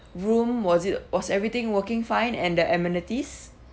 room was it was everything working fine and the amenities